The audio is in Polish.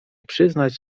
przyznać